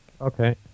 Okay